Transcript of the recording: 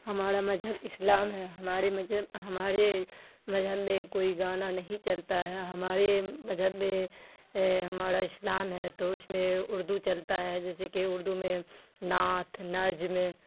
ہمارا مذہب اسلام ہے ہمارے مذہب ہمارے مذہب میں کوئی گانا نہیں چلتا ہے ہمارے مذہب میں ہمارا اسلام ہے تو اس میں اردو چلتا ہے جیسے کہ اردو میں نعت نظم